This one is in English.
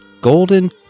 golden